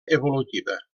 evolutiva